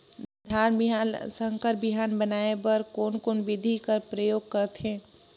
धान बिहान ल संकर बिहान बनाय बर कोन कोन बिधी कर प्रयोग करथे?